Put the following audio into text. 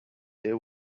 there